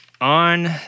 on